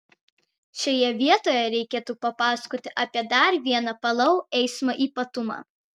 šioje vietoje reikėtų papasakoti apie dar vieną palau eismo ypatumą